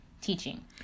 teaching